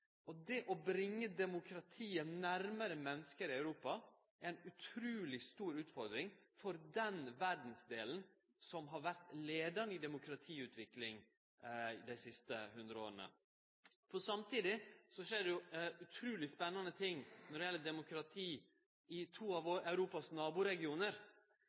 dag. Det å bringe demokratiet nærmare menneske i Europa er ei utruleg stor utfordring for den verdsdelen som har vore leiande i demokratiutvikling dei siste hundre åra. Samtidig skjer det utruleg spennande ting når det gjeld demokrati i to av